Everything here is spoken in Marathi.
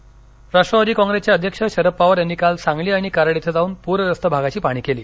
शरद पवार राष्ट्रवादी काँग्रेसचे अध्यक्ष शरद पवार यांनी काल सांगली आणि कराड इथं जाऊन प्रग्रस्त भागाची पाहणी केली